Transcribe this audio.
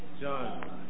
John